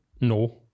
No